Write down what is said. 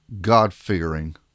God-fearing